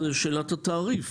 היא שאלת התעריף.